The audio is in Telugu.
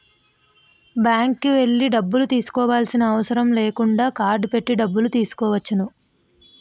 బ్యాంక్కి వెళ్లి డబ్బులను తీసుకోవాల్సిన అవసరం లేకుండా కార్డ్ పెట్టి డబ్బులు తీసుకోవచ్చు